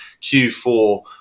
Q4